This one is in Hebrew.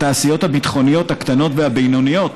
התעשיות הביטחוניות הקטנות והבינוניות,